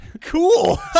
Cool